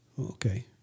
Okay